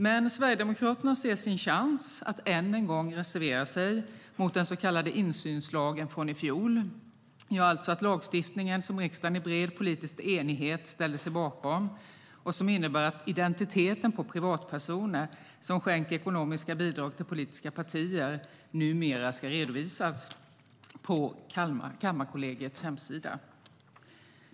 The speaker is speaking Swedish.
Men Sverigedemokraterna ser sin chans att än en gång reservera sig mot den så kallade insynslagen från i fjol, alltså lagstiftningen som riksdagen i bred politisk enighet ställde sig bakom och som innebär att identiteten på privatpersoner som skänker ekonomiska bidrag till politiska partier numera ska redovisas på Kammarkollegiets hemsida.